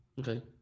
Okay